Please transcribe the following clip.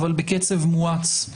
אולם בקצב מואץ.